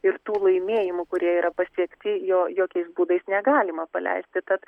ir tų laimėjimų kurie yra pasiekti jo jokiais būdais negalima paleisti tad